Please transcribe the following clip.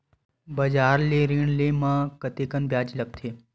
बजार ले ऋण ले म कतेकन ब्याज लगथे?